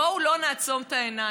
בואו לא נעצום את העיניים.